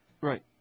Right